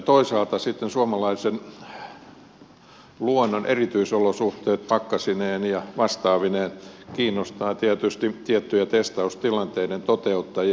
toisaalta sitten suomalaisen luonnon erityisolosuhteet pakkasineen ja vastaavineen kiinnostavat tietysti tiettyjä testaustilanteiden toteuttajia